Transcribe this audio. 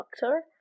doctor